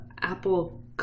Apple